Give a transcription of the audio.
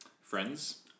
Friends